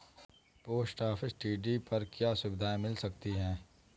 Post office TD पर क्या सुविधाएँ मिल सकती है?